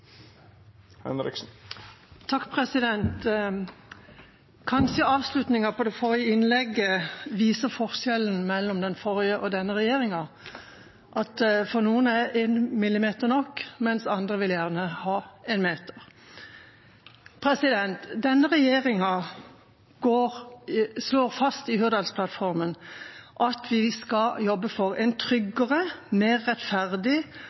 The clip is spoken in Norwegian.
Kanskje avslutningen på det forrige innlegget viser forskjellen mellom den forrige og denne regjeringa, at for noen er en millimeter nok, mens andre gjerne vil ha en meter. Denne regjeringa slår fast i Hurdalsplattformen at vi skal jobbe for en tryggere, mer rettferdig